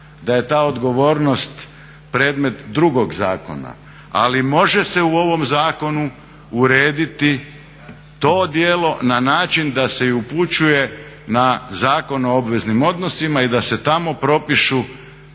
da je ta odgovornost predmet drugog zakona ali može se u ovom zakonu urediti to djelo na način da se i upućuje na Zakon o obveznim odnosima i da se tamo propišu